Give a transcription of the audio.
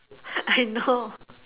I know